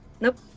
Nope